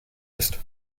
ist